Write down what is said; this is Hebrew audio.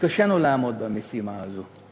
התקשינו לעמוד במשימה הזאת.